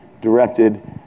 directed